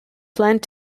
planned